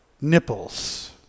nipples